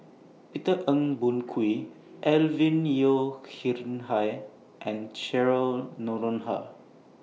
Peter Ong Boon Kwee Alvin Yeo Khirn Hai and Cheryl Noronha